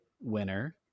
winner